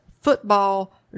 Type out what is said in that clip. football